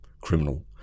criminal